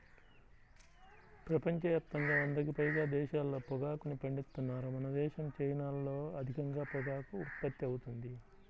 ప్రపంచ యాప్తంగా వందకి పైగా దేశాల్లో పొగాకుని పండిత్తన్నారు మనదేశం, చైనాల్లో అధికంగా పొగాకు ఉత్పత్తి అవుతుంది